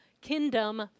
kingdom